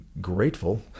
grateful